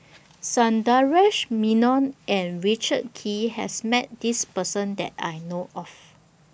Sundaresh Menon and Richard Kee has Met This Person that I know of